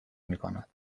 میکند